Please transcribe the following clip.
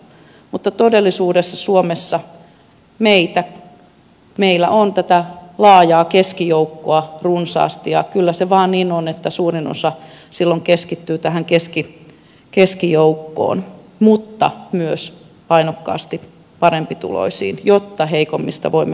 mutta todellisuudessa suomessa meillä on tätä laajaa keskijoukkoa runsaasti ja kyllä se vaan niin on että suurin osa silloin keskittyy tähän keskijoukkoon mutta myös painokkaasti parempituloisiin jotta heikommista voimme huolehtia